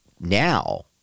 now